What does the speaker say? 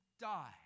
die